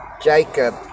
Jacob